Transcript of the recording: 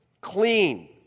clean